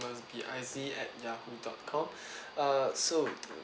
B I Z at yahoo dot com uh so